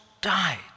died